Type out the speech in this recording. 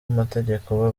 amategeko